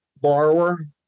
borrower